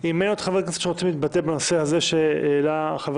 אם אין עוד חברי כנסת שרוצים להתבטא בנושא שהעלה חבר